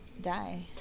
Die